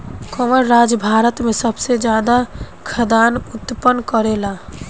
कवन राज्य भारत में सबसे ज्यादा खाद्यान उत्पन्न करेला?